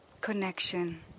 connection